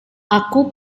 aku